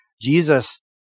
Jesus